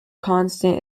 constant